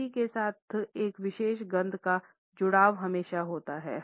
स्मृति के साथ एक विशेष गंध का जुड़ाव हमेशा होता है